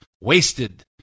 Wasted